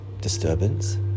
disturbance